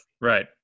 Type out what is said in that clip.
Right